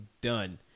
done